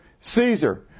Caesar